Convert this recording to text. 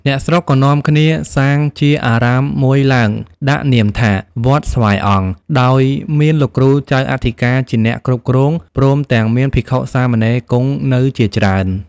អ្នកស្រុកក៏នាំគ្នាសាងជាអារាមមួយឡើង ដាក់នាមថា "វត្តស្វាយអង្គ" ដោយមានលោកគ្រូចៅអធិការជាអ្នកគ្រប់គ្រង ព្រមទាំងមានភិក្ខុ-សាមណេរគង់នៅជាច្រើន ។